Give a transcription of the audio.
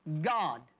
God